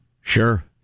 Sure